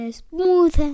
smooth